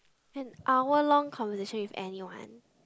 an hour long conversation with anyone